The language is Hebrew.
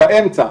באמצע,